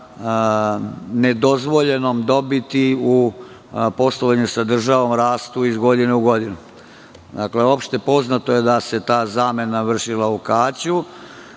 nedozvoljenom dobiti u poslovanju sa državom rastu iz godine u godinu. Dakle, opšte poznato je da se ta zamena vršila u